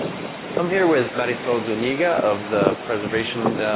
i'm here with marisol zuniga of the preservation